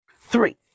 three